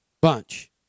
bunch